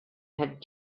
had